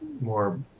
more